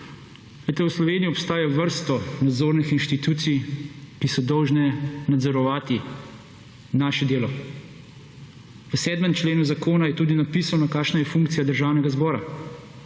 v Sloveniji obstaja vrsta nadzornih institucij, ki so dolžne nadzorovati naše delo. V 7. členu zakona je tudi napisano, kakšna je funkcija Državnega zbora.